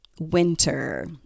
winter